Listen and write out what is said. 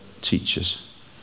teachers